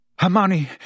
Hermione